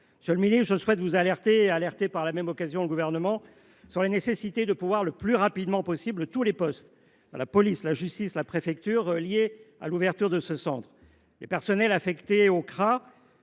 Monsieur le ministre, je souhaite vous alerter et alerter par la même occasion le reste du Gouvernement sur la nécessité de pourvoir le plus rapidement possible tous les postes – police, justice, préfecture – liés à l’ouverture de ce centre. Les agents affectés aux CRA